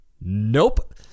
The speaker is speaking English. Nope